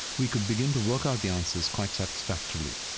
we could begin to work out the answers quite satisfactorily.